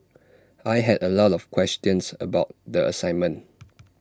I had A lot of questions about the assignment